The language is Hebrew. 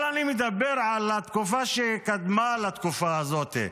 אבל אני מדבר על התקופה שקדמה לתקופה הזאת.